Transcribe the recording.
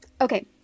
Okay